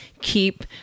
keep